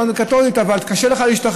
לא יודע אם קתולית, אבל קשה לך להשתחרר.